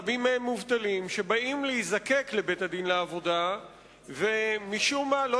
רבים מהם מובטלים שבאים להיזקק לבית-הדין לעבודה ומשום מה לא